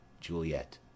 Juliet